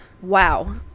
wow